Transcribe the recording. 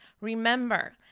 Remember